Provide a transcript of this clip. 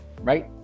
right